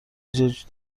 زوج